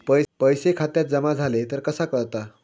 पैसे खात्यात जमा झाले तर कसा कळता?